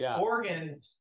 oregon